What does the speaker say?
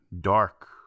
dark